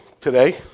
today